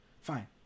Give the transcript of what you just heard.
Fine